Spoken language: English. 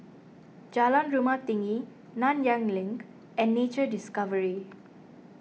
Jalan Rumah Tinggi Nanyang Link and Nature Discovery